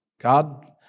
God